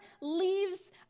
leaves